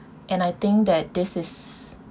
and I think that this is